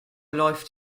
läuft